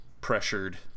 pressured